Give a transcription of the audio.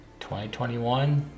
2021